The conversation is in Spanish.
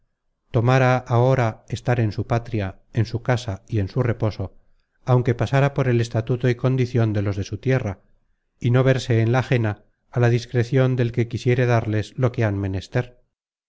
transila tomara ahora estar en su patria en su casa y en su reposo aunque pasara por el estatuto y condicion de los de su tierra y no verse en la ajena a la discrecion del que quisiere darles lo que han menester